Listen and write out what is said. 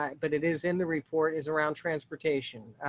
ah but it is in the report is around transportation.